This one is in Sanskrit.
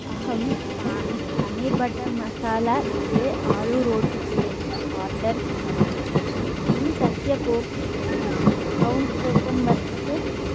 अहं पनीर् बटर् मसाला द्वे आलुरोटिके च आर्डर् करोमि किं तस्य कोऽपि डिस्काउण्ट् कूपन् वर्तते